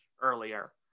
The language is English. earlier